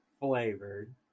flavored